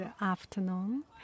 afternoon